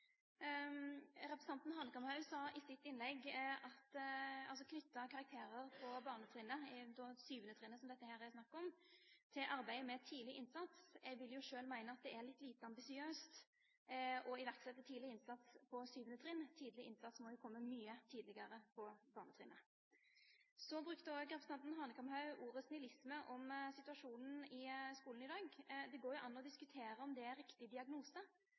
representanten Aspaker. Representanten Hanekamhaug knyttet i sitt innlegg karakterer på barnetrinnet – på 7. trinn, som det her er snakk om – til arbeidet med tidlig innsats. Jeg vil selv mene at det er litt lite ambisiøst å iverksette tidlig innsats på 7. trinn; tidlig innsats må komme mye tidligere på barnetrinnet. Så brukte representanten Hanekamhaug ordet «snillisme» om situasjonen i skolen i dag. Det går an å diskutere om det er riktig diagnose,